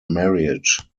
marriage